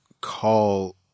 call